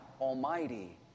Almighty